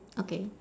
okay